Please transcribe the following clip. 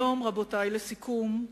רבותי, לסיכום: